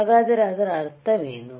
ಹಾಗಾದರೆ ಅದರ ಅರ್ಥವೇನು